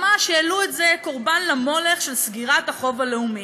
ממש העלו את זה קורבן למולך של סגירת החוב הלאומי.